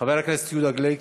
חבר הכנסת יהודה גליק?